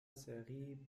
seri